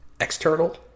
external